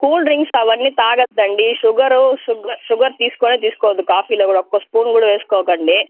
cool drinks అవన్నీ తాగ్గద్దు అండి షుగర్ షు షుగర్ తీసుకొనే తీసుకోవద్దు కాఫీలో కూడా ఒక్క స్పూన్ కూడా వేసుకోకండి